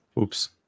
Oops